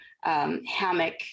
hammock